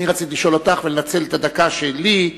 רציתי לשאול אותך ולנצל את הדקה שלי,